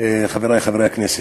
חברי חברי הכנסת,